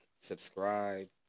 subscribe